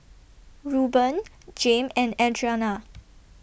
Reuben Jame and Adriana